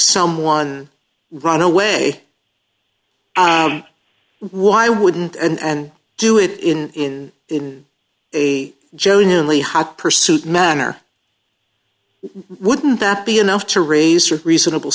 someone run away why wouldn't and do it in in a genuinely hot pursuit manner wouldn't that be enough to raise reasonable